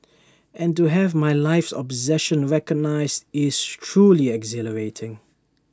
and to have my life's obsession recognised is truly exhilarating